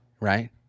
right